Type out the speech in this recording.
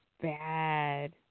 bad